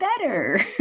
better